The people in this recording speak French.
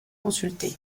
consultée